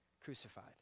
crucified